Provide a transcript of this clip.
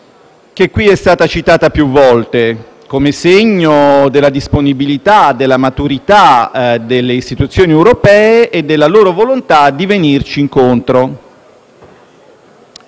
che qui è stata citata più volte, come segno della disponibilità e della maturità delle istituzioni europee, e della loro volontà di venirci incontro.